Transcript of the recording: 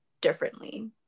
differently